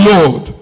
Lord